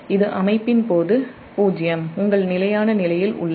இது அமைப்பின் போது '0'உங்கள் நிலையான நிலையில் உள்ளது